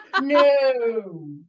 no